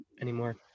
anymore